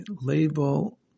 Label